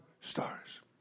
stars